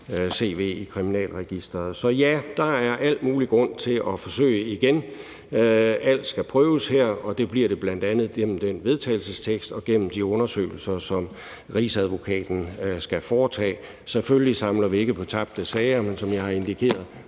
cv i Kriminalregisteret. Så der er al mulig grund til at forsøge igen. Alt skal prøves, og det bliver det bl.a. gennem vedtagelsesteksten og gennem de undersøgelser, som Rigsadvokaten skal foretage. Vi samler selvfølgelig ikke på tabte sager, men som jeg har indikeret,